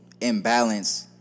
imbalance